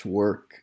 work